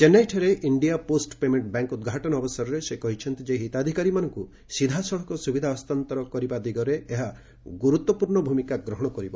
ଚେନ୍ନାଇଠାରେ India post payment bank ଉଦ୍ଘାଟନ ଅବସରରେ ସେ କହିଛନ୍ତି ଯେ ହିତାଧିକାରୀମାନଙ୍କୁ ସିଧାସଳଖ ସୁବିଧା ହସ୍ତାନ୍ତର କରିବା ଦିଗରେ ଏହା ଗୁରୁତ୍ୱପୂର୍ଣ୍ଣ ଭୂମିକା ଗ୍ରହଣ କରିବ